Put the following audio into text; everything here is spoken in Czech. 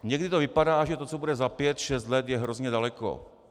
Někdy to vypadá, že to, co bude za pět šest let, je hrozně daleko.